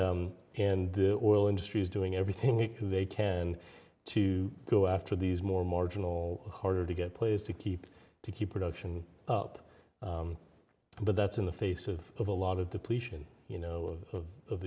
and the oil industry is doing everything they can to go after these more marginal harder to get place to keep to keep production up but that's in the face of a lot of depletion you know of of